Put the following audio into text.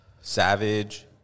savage